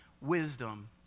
wisdom